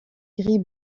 gris